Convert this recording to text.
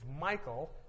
Michael